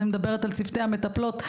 אני מדברת על צוותי המטפלות,